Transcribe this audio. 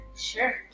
Sure